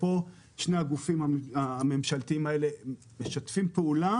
שני הגופים הממשלתיים האלה משתפים פעולה